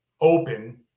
open